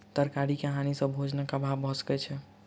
तरकारी के हानि सॅ भोजनक अभाव भअ सकै छै